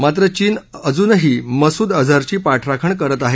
मात्र चीन अजूनही मसूद अजहरची पाठराखण करत आहे